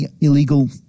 illegal